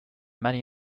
many